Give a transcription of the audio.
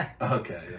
Okay